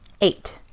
eight